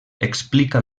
explica